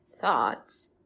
thoughts